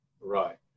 Right